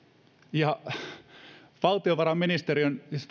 ja valtiovarainministeriön ei siis